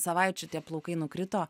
savaičių tie plaukai nukrito